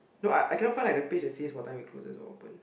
no I I cannot find like the page it says what time it closes or open